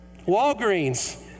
Walgreens